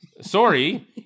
Sorry